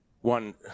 one